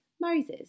Moses